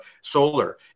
solar